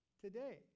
today